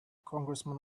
congressman